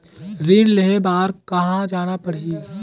ऋण लेहे बार कहा जाना पड़ही?